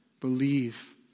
believe